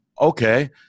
Okay